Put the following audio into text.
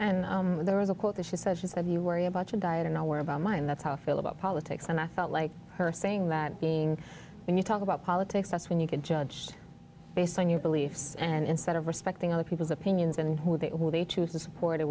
and there was a quote that she said she said new worry about your diet and i worry about my and that's how i feel about politics and i felt like her saying that being when you talk about politics that's when you can judge based on your beliefs and instead of respecting other people's opinions and who they will they choose to support it